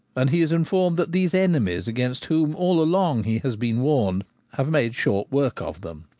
and he is informed that these enemies against whom all along he has been warned have made short work of them.